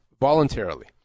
voluntarily